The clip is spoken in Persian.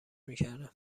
میکردم